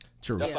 True